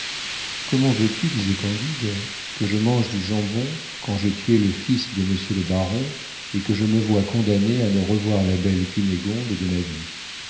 comment veux-tu disait candide que je mange du jambon quand j'ai tué le fils de monsieur le baron et que je me vois condamné à ne revoir la belle cunégonde de ma vie